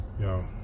Yo